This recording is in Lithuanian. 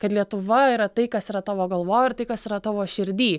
kad lietuva yra tai kas yra tavo galvoj tai kas yra tavo širdy